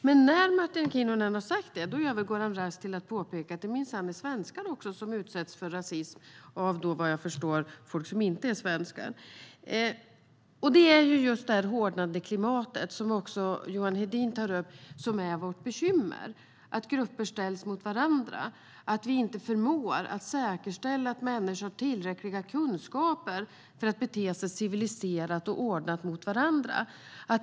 Men när Martin Kinnunen har sagt det övergår han raskt till att påpeka att det minsann också är svenskar som utsätts för rasism av, vad jag då förstår, folk som inte är svenskar. Det är det hårdnande klimatet, som också Johan Hedin tar upp, som är vårt bekymmer. Grupper ställs mot varandra. Vi förmår inte att säkerställa att människor har tillräckliga kunskaper för att bete sig civiliserat och ordnat mot varandra.